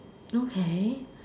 okay